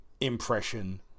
impression